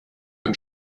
und